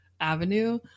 avenue